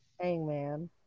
hangman